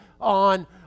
on